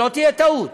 שלא תהיה טעות,